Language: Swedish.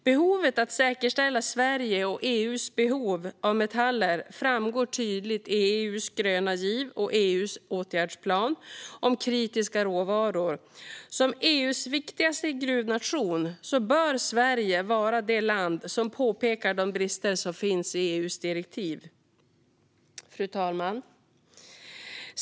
Behovet att säkerställa Sveriges och EU:s behov av metaller framgår tydligt i EU:s gröna giv och EU:s åtgärdsplan om kritiska råvaror. Som EU:s viktigaste gruvnation bör Sverige vara det land som påpekar de brister som finns i EU:s direktiv. Fru talman!